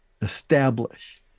Establish